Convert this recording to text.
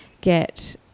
get